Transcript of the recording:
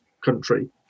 country